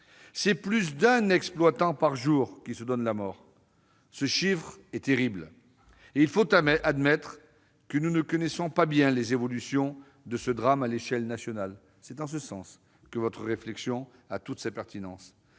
C'est plus d'un exploitant par jour qui se donnait la mort à l'époque ; ce chiffre est terrible ! Il faut admettre que nous ne connaissons pas bien les évolutions de ce drame à l'échelon national. C'est en ce sens que votre réflexion a toute sa pertinence.